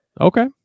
Okay